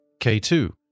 K2